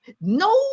no